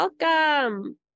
welcome